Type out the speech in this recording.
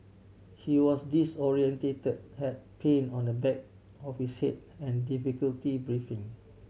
he was disorientated had pain on the back of his head and difficulty breathing